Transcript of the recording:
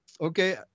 okay